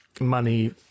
money